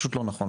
פשוט לא נכון.